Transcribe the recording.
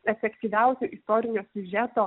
efektyviausio istorinio siužeto